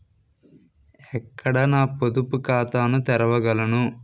ఎక్కడ నా పొదుపు ఖాతాను తెరవగలను?